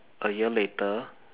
a year later